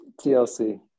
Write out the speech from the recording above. TLC